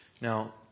Now